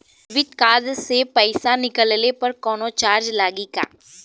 Debit card से पैसा निकलले पर कौनो चार्ज लागि का?